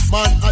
Man